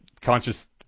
conscious